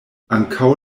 ankaŭ